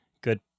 good